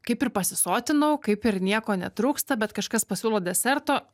kaip ir pasisotinau kaip ir nieko netrūksta bet kažkas pasiūlo deserto